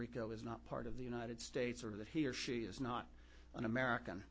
rico is not part of the united states or that he or she is not an american